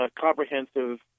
comprehensive